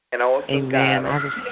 Amen